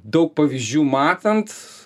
daug pavyzdžių matant